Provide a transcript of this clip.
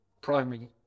primary